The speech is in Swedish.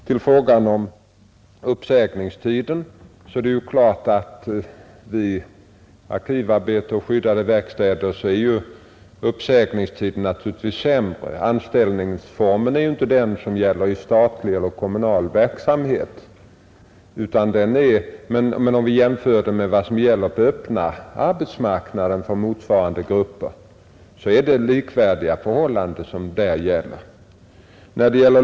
Vad beträffar uppsägningstiden är det klart att villkoren är sämre när det gäller arkivarbete och de skyddade verkstäderna. Anställningsformen är inte densamma som gäller i statlig och kommunal verksamhet. Men om vi jämför med vad som gäller för motsvarande grupper på den öppna marknaden är förhållandena likvärdiga.